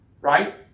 right